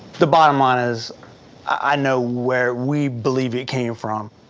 the bottom line is i know where we believe it came from.